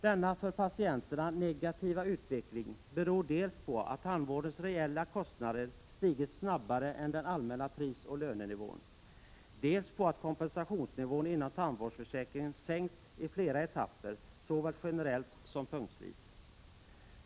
Denna för patienterna negativa utveckling beror dels på att tandvårdens reella kostnader stigit snabbare än den allmänna prisoch lönenivån, dels på att kompensationsnivån inom tandvårdsförsäkringen sänkts i flera etapper, såväl generellt som punktvis.